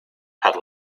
had